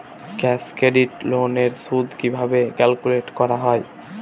Cash credit loan এর সুদ কিভাবে ক্যালকুলেট করা হয়?